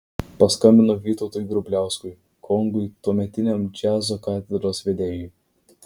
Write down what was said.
paskambino vytautui grubliauskui kongui tuometiniam džiazo katedros vedėjui